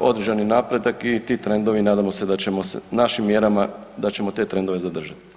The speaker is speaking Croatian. određeni napredak i ti trendovi nadamo se da ćemo se, našim mjerama da ćemo te trendove zadržati.